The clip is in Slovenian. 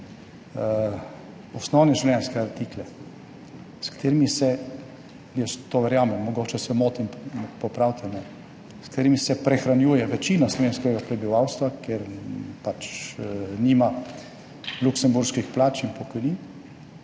osnovne življenjske artikle, s katerimi se – jaz to verjamem, mogoče se motim, me popravite – s katerimi se prehranjuje večina slovenskega prebivalstva, ker pač nima luksemburških plač in pokojnin,